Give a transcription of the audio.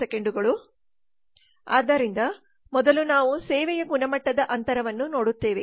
ಸೇವೆಯ ಗುಣಮಟ್ಟದ ಅಂತರವನ್ನು ನೋಡುತ್ತೇವೆ